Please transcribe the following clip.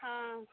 हाँ